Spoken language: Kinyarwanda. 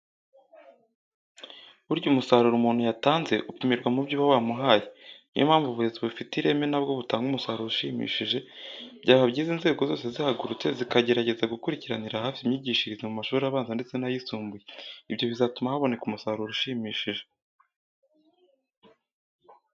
Burya umusaruro umuntu yatanze upimirwa mu byo uba wamuhaye, ni yo mpamvu uburezi bufite ireme na bwo butanga umusaruro ushimishije. Byaba byiza inzego zose zihagurutse zikageregeza gukurikiranira hafi imyigishirize mu mashuri abanza ndetse n'ayisumbuye. Ibyo bizatuma haboneka umusaruro ushimishije.